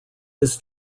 his